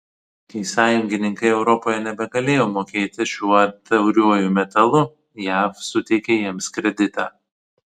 kai sąjungininkai europoje nebegalėjo mokėti šiuo tauriuoju metalu jav suteikė jiems kreditą